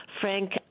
Frank